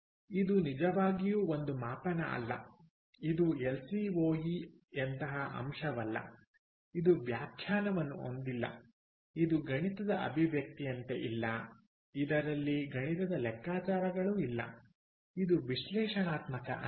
ಇದು ನಿಜವಾಗಿಯೂ ಒಂದು ಮಾಪನ ಅಲ್ಲ ಇದು ಎಲ್ಸಿಒಇ ಯಂತಹ ಅಂಶವಲ್ಲ ಅದು ವ್ಯಾಖ್ಯಾನವನ್ನು ಹೊಂದಿಲ್ಲ ಇದು ಗಣಿತದ ಅಭಿವ್ಯಕ್ತಿಯಂತೆ ಇಲ್ಲಇದರಲ್ಲಿ ಗಣಿತದ ಲೆಕ್ಕಾಚಾರಗಳು ಇಲ್ಲ ಇದು ವಿಶ್ಲೇಷಣಾತ್ಮಕ ಆಗಿದೆ